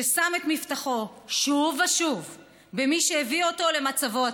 ששם את מבטחו שוב ושוב במי שהביא אותו למצבו הטוב,